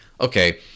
okay